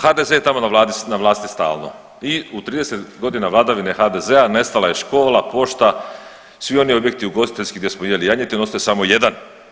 HDZ je tamo na vlasti stalno i u 30 godine vladavine HDZ-a nestala je škola, pošta, svi oni objekti ugostiteljski gdje smo jeli janjetinu ostao je samo jedan.